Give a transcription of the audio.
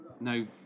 No